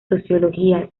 sociología